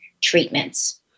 treatments